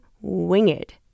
winged